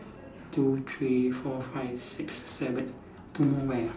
two three four five six seven two more where